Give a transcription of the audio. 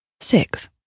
six